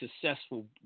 successful